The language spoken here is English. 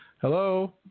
Hello